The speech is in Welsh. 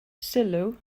sylw